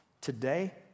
Today